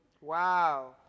Wow